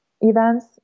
events